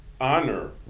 honor